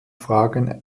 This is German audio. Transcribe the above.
fragen